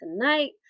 tonight